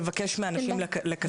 מדינת ישראל אחראית.